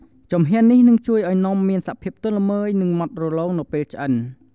ជំហាននេះនឹងជួយឱ្យនំមានសភាពទន់ល្មើយ និងម៉ត់រលោងនៅពេលឆ្អិន។